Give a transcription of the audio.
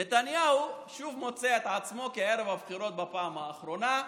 נתניהו שוב מוצא את עצמו כמו בערב הבחירות בפעם האחרונה.